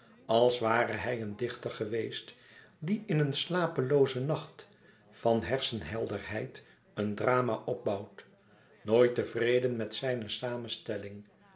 als ware hij een dichter geweest die in een slapeloozen nacht van hersenhelderheid een drama opbouwt nooit tevreden met zijne samenstelling